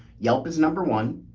yelp is number one.